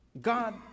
God